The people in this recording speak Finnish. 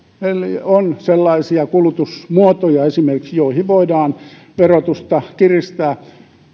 eli on esimerkiksi sellaisia kulutusmuotoja joissa voidaan verotusta kiristää